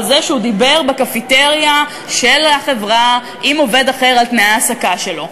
זה שהוא דיבר בקפיטריה של החברה עם עובד אחר על תנאי ההעסקה שלו.